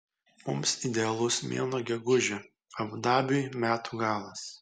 mums idealus mėnuo gegužė abu dabiui metų galas